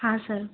हाँ सर